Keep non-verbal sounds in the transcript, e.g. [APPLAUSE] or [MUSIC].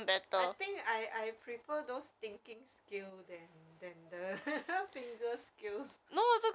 I think I I prefer those thinking skill than than the [LAUGHS] fingers skills